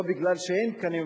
לא כי אין תקנים,